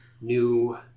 New